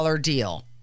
deal